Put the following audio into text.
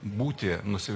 būti nusi